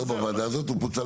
לא בוועדה הזאת, הוא פוצל